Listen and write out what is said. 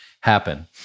happen